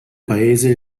paese